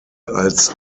als